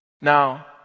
Now